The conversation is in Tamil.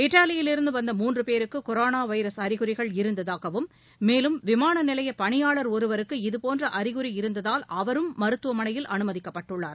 இத்தாலியிலிருந்துவந்த மூன்றுபேருக்குகொரோனாவைரஸ் அறிகுறிகள் இருந்ததாகவும் மேலும் விமானநிலையபணியாளர் ஒருவருக்கு இதுபோன்றஅறிகுறி இருந்ததால் அவரும் மருத்துவமனையில் அனுமதிக்கப்பட்டுள்ளார்